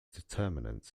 determinant